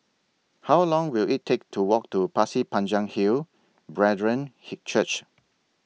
How Long Will IT Take to Walk to Pasir Panjang Hill Brethren Hey Church